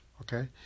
Okay